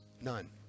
None